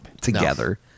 together